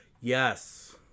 Yes